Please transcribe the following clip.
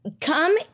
come